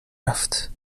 رفت